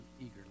eagerly